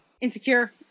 insecure